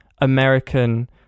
American